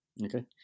Okay